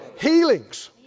healings